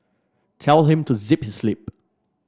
tell him to zip his lip